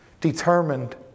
determined